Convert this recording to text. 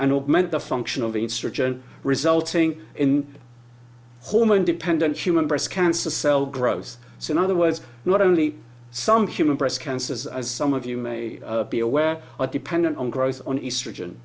augment the function of instruction resulting in hormone dependent human breast cancer cell grows so in other words not only some human breast cancers as some of you may be aware are dependent on growth on east region